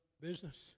business